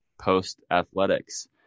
post-athletics